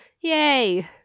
Yay